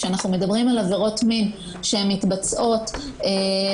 כשאנחנו מדברים על עבירות מין שמתבצעות באופן